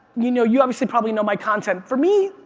you know you obviously probably know my content. for me,